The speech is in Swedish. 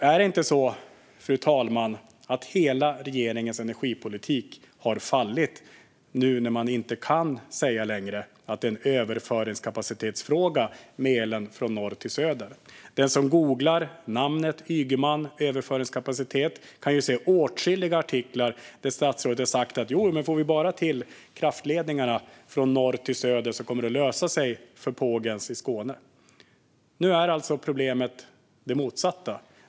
Är det inte så att hela regeringens energipolitik har fallit nu när man inte längre kan säga att det handlar om överföringskapacitet av el från norr till söder? Den som googlar namnet Ygeman och ordet "överföringskapacitet" kan se åtskilliga artiklar där statsrådet har sagt: Får vi bara till kraftledningarna från norr till söder kommer det att lösa sig för Pågen i Skåne. Problemet är nu alltså det motsatta.